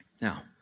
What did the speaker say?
Now